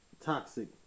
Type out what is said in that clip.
toxic